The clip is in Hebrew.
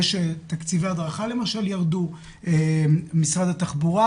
יש תקציבי הדרכה שירדו משרד התחבורה.